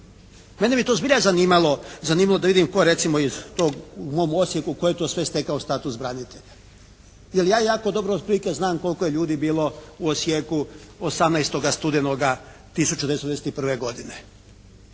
Mene bi to zbilja zanimalo da vidim tko recimo iz tog u mom Osijeku tko je to sve stekao status branitelja. Jer ja jako dobro otprilike znam koliko je ljudi bilo u Osijeku 18. studenoga 1991. godine